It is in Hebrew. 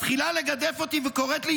-- מתחילה לגדף אותי וקוראת לי